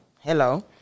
hello